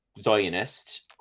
zionist